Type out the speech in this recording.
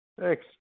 Thanks